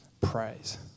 praise